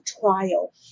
trial